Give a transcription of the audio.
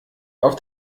auf